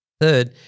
Third